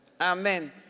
Amen